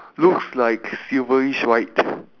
looks like silverish white